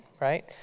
right